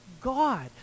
God